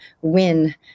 win